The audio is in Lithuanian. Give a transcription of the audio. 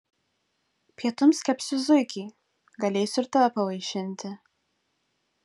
pietums kepsiu zuikį galėsiu ir tave pavaišinti